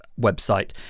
website